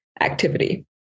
activity